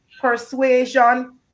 persuasion